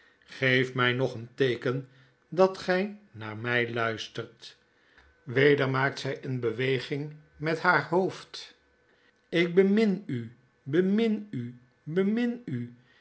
geef my nog een teeken dat gy naar my luistert weder maakt zy eene beweging met haar hoofd ik bemin u bemin u bemin u